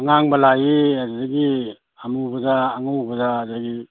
ꯑꯉꯥꯡꯕ ꯂꯥꯛꯏ ꯑꯗꯨꯗꯒꯤ ꯑꯃꯨꯕꯗ ꯑꯉꯧꯕꯗ ꯑꯗꯒꯤ